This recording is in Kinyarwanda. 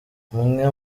amwe